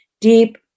deep